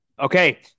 Okay